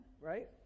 right